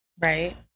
Right